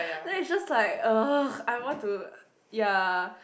then it's just like !ugh! I want to ya